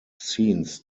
scenes